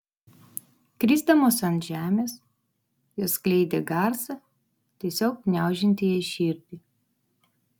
krisdamos ant žemės jos skleidė garsą tiesiog gniaužiantį jai širdį